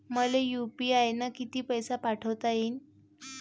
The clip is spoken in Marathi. मले यू.पी.आय न किती पैसा पाठवता येईन?